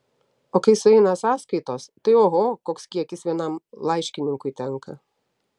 o kai sueina sąskaitos tai oho koks kiekis vienam laiškininkui tenka